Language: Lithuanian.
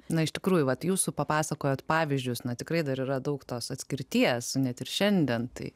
na iš tikrųjų vat jūsų papasakojot pavyzdžius na tikrai dar yra daug tos atskirties net ir šiandien tai